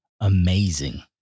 amazing